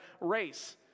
race